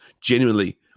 genuinely